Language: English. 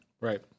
Right